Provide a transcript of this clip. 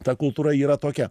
ta kultūra yra tokia